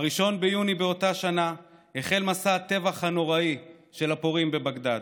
ב-1 ביוני באותה שנה החל מסע הטבח הנוראי של הפורעים בבגדאד.